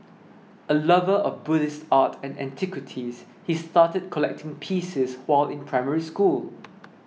a lover of Buddhist art and antiquities he started collecting pieces while in Primary School